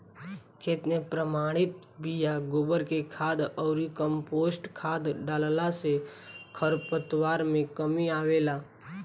खेत में प्रमाणित बिया, गोबर के खाद अउरी कम्पोस्ट खाद डालला से खरपतवार में कमी आवेला